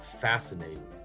fascinating